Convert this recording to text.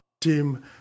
team